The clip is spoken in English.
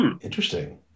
Interesting